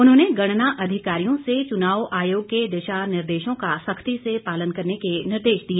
उन्होंने गणना अधिकारियों से चुनाव आयोग के दिशा निर्देशों का सख्ती से पालन करने के निर्देश दिए